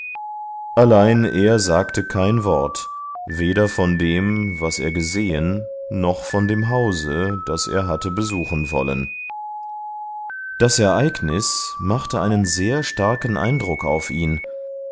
allein er sagte kein wort weder von dem was er gesehen noch von dem hause das er hatte besuchen wollen das ereignis machte einen sehr starken eindruck auf ihn